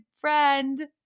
friend